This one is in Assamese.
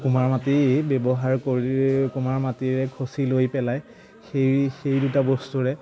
কুমাৰ মাটি ব্যৱহাৰ কৰি কুমাৰ মাটিৰে খচি লৈ পেলাই সেই সেই দুটা বস্তুৰে